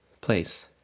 place